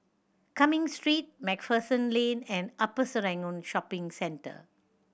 Cumming Street Macpherson Lane and Upper Serangoon Shopping Centre